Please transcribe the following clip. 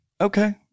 Okay